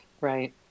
Right